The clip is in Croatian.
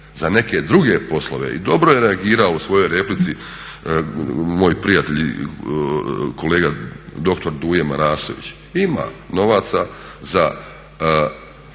za neke druge poslove. I dobro je reagirao u svojoj replici moj prijatelj i kolega doktor Duje Marasović, ima novaca poglavito